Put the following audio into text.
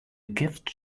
gift